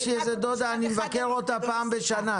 יש לי איזו דודה שאני מבקר פעם בשנה,